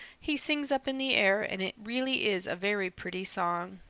he sings up in the air, and it really is a very pretty song.